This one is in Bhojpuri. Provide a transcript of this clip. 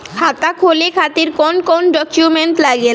खाता खोले खातिर कौन कौन डॉक्यूमेंट लागेला?